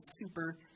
super